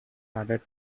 added